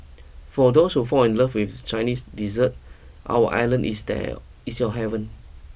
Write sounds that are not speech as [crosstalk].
for those who fall in love with Chinese dessert our island is [unintelligible] is your heaven